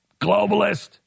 globalist